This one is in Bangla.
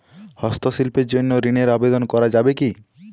হস্তশিল্পের জন্য ঋনের আবেদন করা যাবে কি?